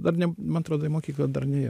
dar ne man atrodo į mokyklą dar nėjau